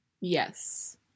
yes